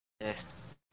Yes